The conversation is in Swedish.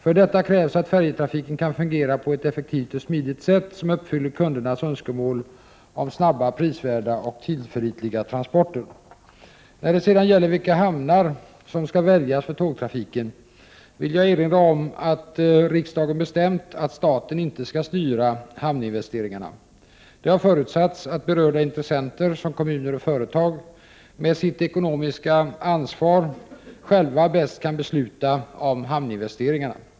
För detta krävs att färjetrafiken kan fungera på ett effektivt och smidigt sätt som uppfyller kundernas önskemål om snabba, prisvärda och tillförlitliga transporter. När det sedan gäller vilka hamnar som skall väljas för tågtrafiken vill jag erinra om att riksdagen bestämt att staten inte skall styra hamninvesteringarna. Det har förutsatts att berörda intressenter, som kommuner och företag, med sitt ekonomiska ansvar själva bäst kan besluta om hamninvesteringarna.